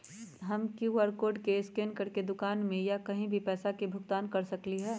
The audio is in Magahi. हम कियु.आर कोड स्कैन करके दुकान में या कहीं भी पैसा के भुगतान कर सकली ह?